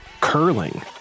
curling